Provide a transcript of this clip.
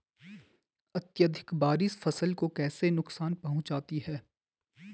अत्यधिक बारिश फसल को कैसे नुकसान पहुंचाती है?